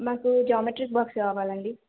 మాకు geometric box కావాలండి